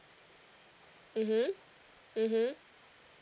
mmhmm mmhmm